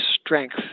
strength